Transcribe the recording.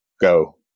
go